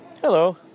Hello